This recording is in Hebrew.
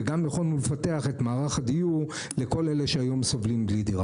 וגם יכולנו לפתח את מערך הדיור לכל אלה שהיום סובלים בלי דירה.